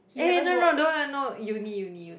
eh no no don't no uni uni